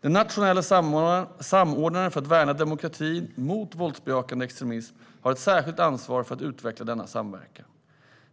Den nationella samordnaren för att värna demokratin mot våldsbejakande extremism har ett särskilt ansvar för att utveckla denna samverkan.